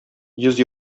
йөз